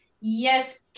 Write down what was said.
Yes